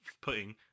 putting